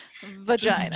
Vagina